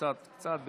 קצת קצת בשקט.